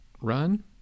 run